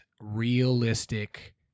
realistic